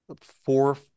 Four